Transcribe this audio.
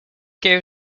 gave